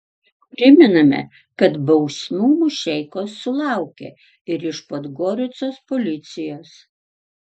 primename kad bausmių mušeikos sulaukė ir iš podgoricos policijos